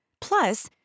Plus